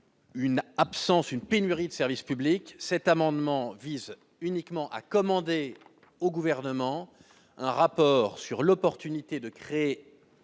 une pénurie de services publics. Cet amendement vise uniquement à commander au Gouvernement un rapport d'information sur l'opportunité de créer